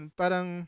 parang